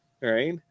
right